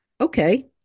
Okay